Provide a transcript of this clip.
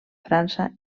frança